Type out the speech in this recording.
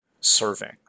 serving